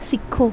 ਸਿੱਖੋ